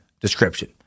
description